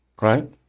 right